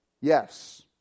yes